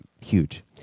huge